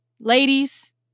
Ladies